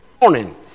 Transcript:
morning